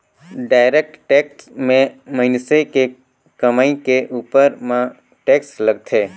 direct tax में मइनसे के कमई के उपर म टेक्स लगथे